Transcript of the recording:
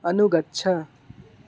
अनुगच्छ